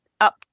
up